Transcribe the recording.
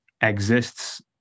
exists